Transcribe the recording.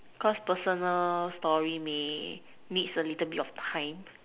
cause personal story may needs a little bit of time